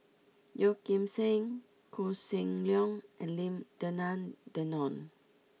Yeo Kim Seng Koh Seng Leong and Lim Denan Denon